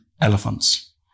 Elephants